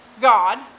God